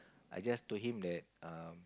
I just told him that um